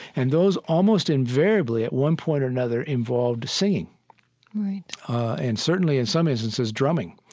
and those almost invariably at one point or another involved singing right and certainly in some instances drumming.